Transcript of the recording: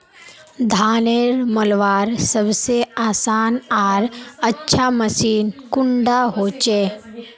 धानेर मलवार सबसे आसान आर अच्छा मशीन कुन डा होचए?